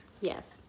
Yes